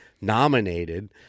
nominated